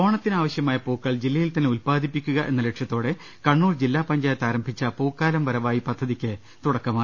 ഓണത്തിന് ആവശ്യമായ പൂക്കൾ ജില്ലയിൽ തന്നെ ഉൽപ്പാദി പ്പിക്കുക എന്ന ലക്ഷ്യത്തോടെ കണ്ണൂർ ജില്ലാ പഞ്ചായത്ത് ആരം ഭിച്ച പൂക്കാലം വരവായി പദ്ധതിക്ക് തുടക്കമായി